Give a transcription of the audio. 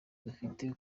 dufite